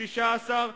מאיפה זה?